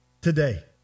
today